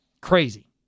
crazy